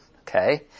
Okay